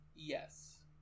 Yes